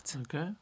Okay